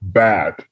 bad